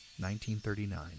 1939